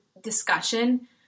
discussion